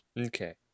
Okay